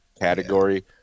category